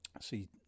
See